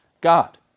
God